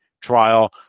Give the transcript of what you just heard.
trial